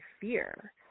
fear